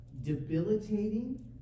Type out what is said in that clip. debilitating